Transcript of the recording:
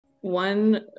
One